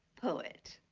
poet.